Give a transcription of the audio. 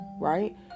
right